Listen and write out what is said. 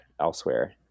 elsewhere